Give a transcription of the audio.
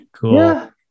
Cool